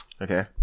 Okay